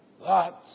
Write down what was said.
Lots